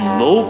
no